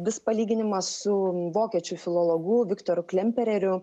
vis palyginimas su vokiečių filologu viktoru klempereriu